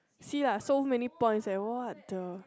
see lah so many points eh what the